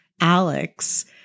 Alex